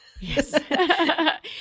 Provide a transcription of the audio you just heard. yes